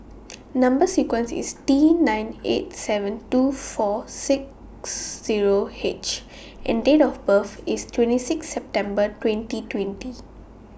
Number sequence IS T nine eight seven two four six Zero H and Date of birth IS twenty six September twenty twenty